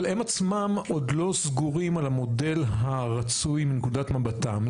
אבל הם עצמם עוד לא סגורים על המודל הרצוי מנקודת מבטם.